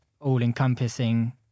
all-encompassing